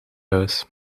huis